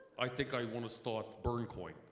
i think i want to start bern coin.